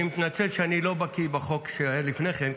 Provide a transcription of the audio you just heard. אני מתנצל שאני לא בקי בחוק שהיה לפני כן,